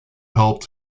helped